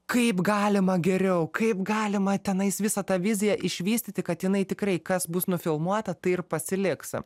kaip galima geriau kaip galima tenais visą tą viziją išvystyti kad jinai tikrai kas bus nufilmuota tai ir pasiliks